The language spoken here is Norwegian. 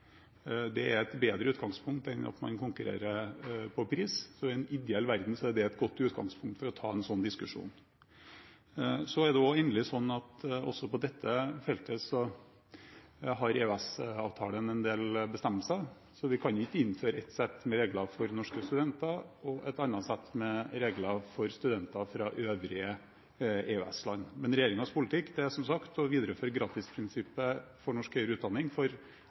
Det er et bedre utgangspunkt enn at man konkurrerer på pris. I en ideell verden er det et godt utgangspunkt for å ta en sånn diskusjon. Endelig er det sånn at også på dette feltet har EØS-avtalen en del bestemmelser, så vi kan ikke innføre ett sett med regler for norske studenter og et annet sett med regler for studenter fra øvrige EØS-land. Men regjeringens politikk er, som sagt, å videreføre gratisprinsippet for norsk høyere utdanning